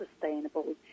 sustainable